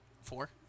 four